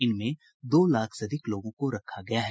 इनमें दो लाख से अधिक लोगों को रखा गया है